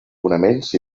fonaments